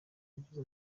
yagize